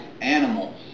animals